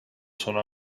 sono